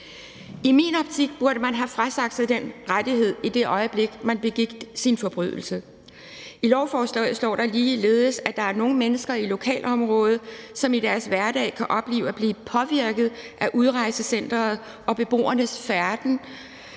I min optik burde man have frasagt sig den rettighed, i det øjeblik man begik sin forbrydelse. I lovforslaget står der ligeledes, at der er nogle mennesker i lokalområdet, som i deres hverdag kan opleve at blive påvirket af udrejsecenteret og beboernes færden